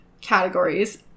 categories